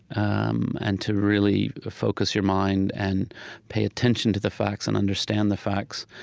um and to really focus your mind and pay attention to the facts and understand the facts.